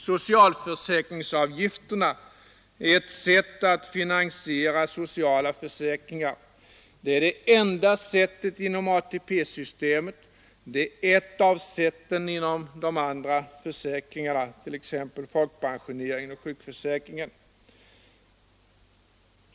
Socialförsäkringsavgifterna är ett sätt att finansiera sociala försäkringar. Det är det enda sättet inom ATP-systemet. Det är ett av sätten inom de andra försäkringarna, t.ex. folkpensioneringen och sjukförsäkringen.